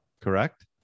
Correct